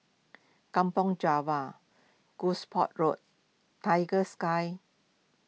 Kampong Java Gosport Road Tiger Sky